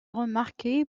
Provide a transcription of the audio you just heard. remarquer